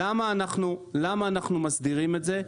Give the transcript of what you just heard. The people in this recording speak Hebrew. למה אנחנו מסדירים את זה?